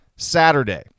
saturday